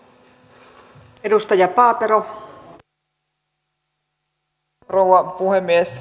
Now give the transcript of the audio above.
arvoisa rouva puhemies